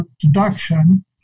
deduction